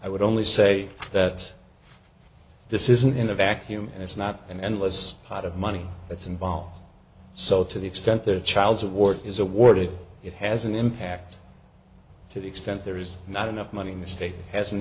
i would only say that this isn't in a vacuum and it's not an endless pot of money that's involved so to the extent that child's award is awarded it has an impact to the extent there is not enough money in the state has an